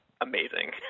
amazing